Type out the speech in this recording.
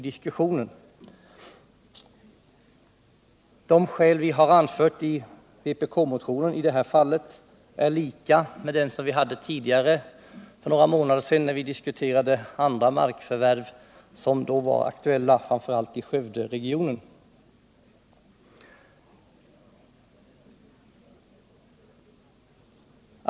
De skäl vi har anfört i vpk-motionen i det här fallet är desamma som vi framförde för några månader sedan när vi diskuterade markförvärv som då var aktuella framför allt i Skövderegionen.